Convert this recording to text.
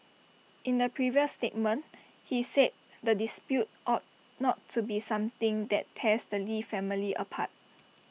in the previous statement he said the dispute ought not to be something that tears the lee family apart